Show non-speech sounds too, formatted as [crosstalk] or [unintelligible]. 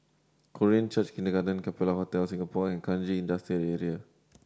Korean Church Kindergarten Capella Hotel Singapore and Kranji Industrial [unintelligible]